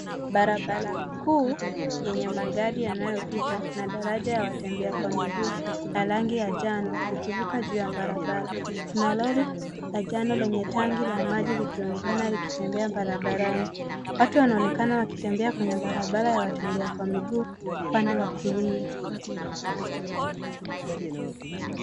Barabara kuu, yenye magari yanayo pita na daraja ya watembea kwa miguu na rangi ya njano likivuka juu ya barabara. Kuna lori la njano lenye tangi la maji likionekana likitembea barabarani. Watu wanaonekana wakitembea kwenye barabara ya watembea kwa miguu kwa upande wa kulia.